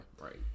Right